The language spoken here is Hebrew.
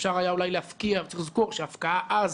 אפשר היה אולי להפקיע אבל צריך לזכור שהפקעה אז